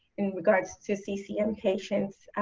in regards to ccm patients.